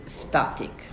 static